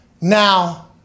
now